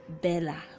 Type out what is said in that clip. Bella